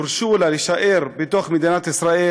הרשו לה להישאר בתוך מדינת ישראל,